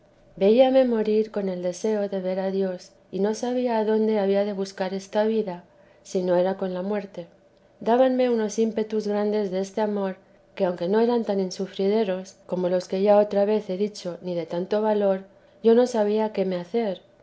veíame morir con deseo de ver a dios y no sabía adonde había de buscar esta vida si no era con la muerte dábanme unos ímpetus grandes deste amor que aunque no eran tan insufrideros como los que ya otra vez he dicho ni de tanto valor yo no sabía qué me hacer